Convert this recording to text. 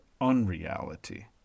unreality